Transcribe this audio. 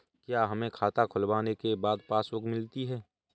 क्या हमें खाता खुलवाने के बाद पासबुक मिलती है?